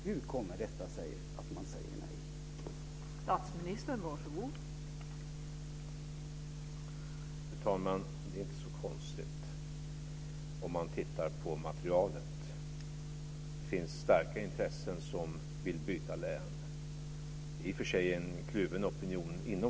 Hur kommer det sig att man säger nej?